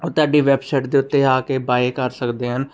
ਉਹ ਤੁਹਾਡੀ ਵੈੱਬਸਾਈਟ ਦੇ ਉੱਤੇ ਆ ਕੇ ਬਾਏ ਕਰ ਸਕਦੇ ਹਨ